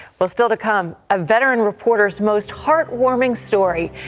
but still to come, a veteran reporter's most heartwarming story.